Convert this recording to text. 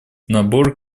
набор